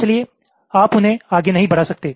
इसलिए आप उन्हें आगे नहीं बढ़ा सकते